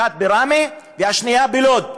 אחת בראמה והשנייה בלוד,